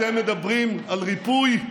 אתם מדברים על ריפוי?